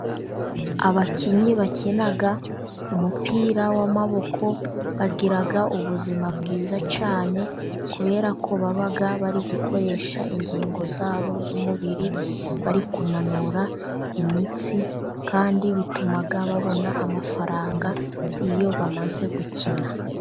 Abakinnyi bakina umupira w'amaboko bagira ubuzima bwiza cyane, kubera ko baba bari gukoresha ingingo zabo z'umubiri, bari kunanura imitsi, kandi bituma babona amafaranga, iyo bamaze gukina.